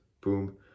boom